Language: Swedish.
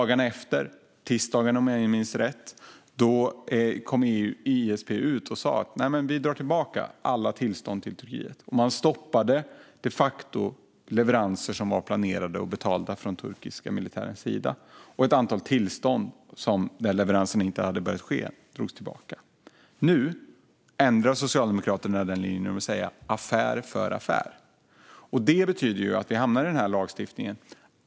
Dagarna efter, tisdagen om jag minns rätt, kom ISP ut och sa: Vi drar tillbaka alla tillstånd för Turkiet. Man stoppade de facto leveranser som var planerade och betalda från den turkiska militärens sida. Ett antal tillstånd där leveransen inte hade börjat ske drogs tillbaka. Nu ändrar Socialdemokraterna den linjen och vill säga: Affär för affär. Det betyder att vi hamnar i lagstiftningen.